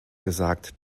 gesagt